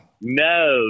No